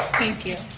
thank you.